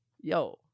Yo